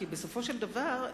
כי בסופו של דבר,